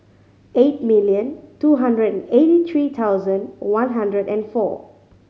eight million two hundred and eighty three thousand one hundred and four